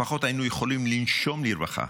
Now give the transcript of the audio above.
לפחות היינו יכולים לנשום לרווחה